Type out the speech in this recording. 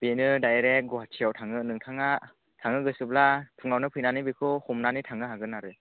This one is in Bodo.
बेनो डायरेक्ट गुवाहाटिआव थाङो नोंथाङा थांनो गोसोब्ला फुङावनो फैनानै बेखौ हमनानै थांनो हागोन आरो